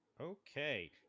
Okay